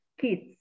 kids